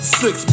six